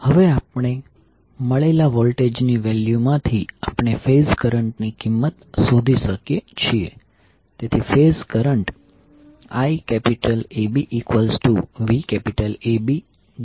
હવે આપણને મળેલા વોલ્ટેજ ની વેલ્યુ માંથી આપણે ફેઝ કરંટ ની કિંમત શોધી શકીએ છીએ